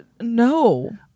No